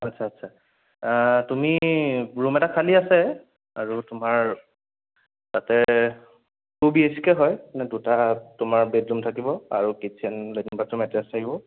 আচ্ছা আচ্ছা তুমি ৰুম এটা খালী আছে আৰু তোমাৰ তাতে টু বি এইছ কে হয় মানে দুটা তোমাৰ বেডৰুম থাকিব আৰু কিটচেন লেট্ৰিন বাথৰুম এটেচড থাকিব